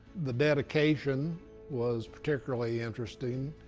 the dedication was particularly interesting.